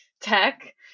tech